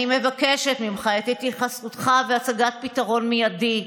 אני מבקשת ממך את התייחסותך והצגת פתרון מיידי.